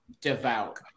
devout